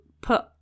put